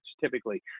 typically